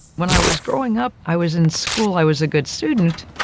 when i was growing up, i was in school, i was a good student,